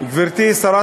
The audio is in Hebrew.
גברתי שרת